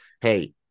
hey